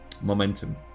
momentum